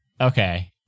Okay